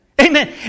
Amen